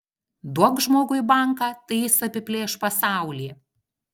duok žmogui banką tai jis apiplėš pasaulį